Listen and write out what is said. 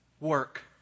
work